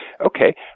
okay